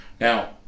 Now